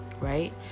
right